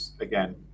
again